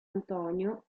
antonio